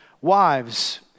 Wives